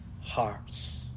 hearts